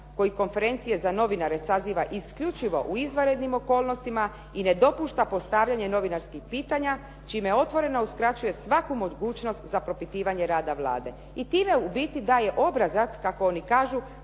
koji konferencije za novinare saziva isključivo u izvanrednim okolnostima i ne dopušta postavljanje novinarskih pitanja čime otvoreno uskraćuje svaku mogućnost za propitivanje rada Vlade. I time u biti daje obrazac kako oni kažu